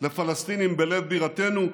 לפלסטינים בלב בירתנו,